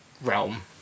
realm